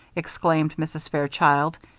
exclaimed mrs. fairchild.